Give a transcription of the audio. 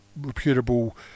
reputable